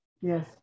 yes